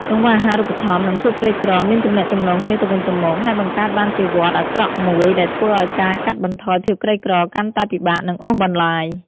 កង្វះអាហារូបត្ថម្ភ និងភាពក្រីក្រមានទំនាក់ទំនងគ្នាទៅវិញទៅមក ហើយបង្កើតបានជាវដ្តអាក្រក់មួយ ដែលធ្វើឱ្យការកាត់បន្ថយភាពក្រីក្រកាន់តែពិបាក និងអូសបន្លាយ។